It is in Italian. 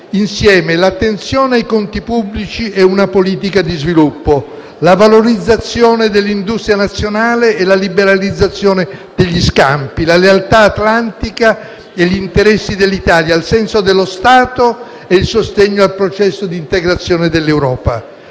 insieme l'attenzione ai conti pubblici e una politica di sviluppo, la valorizzazione dell'industria nazionale e la liberalizzazione degli scambi, la lealtà atlantica e gli interessi dell'Italia, il senso dello Stato e il sostegno al processo di integrazione dell'Europa.